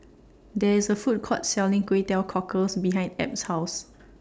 There IS A Food Court Selling Kway Teow Cockles behind Ebb's House